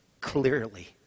clearly